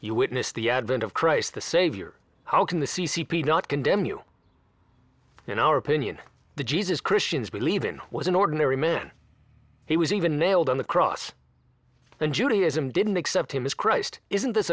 you witness the advent of christ the savior how can the c c p not condemn you in our opinion the jesus christians believe in was an ordinary man he was even nailed on the cross and judaism didn't accept him as christ isn't this